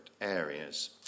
areas